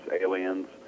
aliens